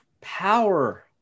power